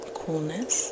coolness